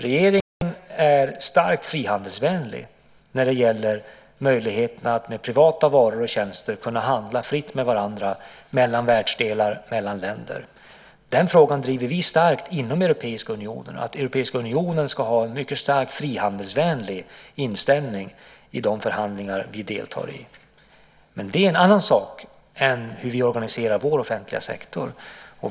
Regeringen är starkt frihandelsvänlig när det gäller möjligheterna att med privata varor och tjänster kunna handla fritt med varandra mellan världsdelar och mellan länder. Den frågan driver vi starkt inom Europeiska unionen, nämligen att Europeiska unionen ska ha en mycket stark frihandelsvänlig inställning i de förhandlingar vi deltar i. Detta är en annan sak än hur vi organiserar vår offentliga sektor.